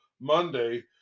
Monday